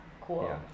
Cool